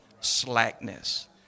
slackness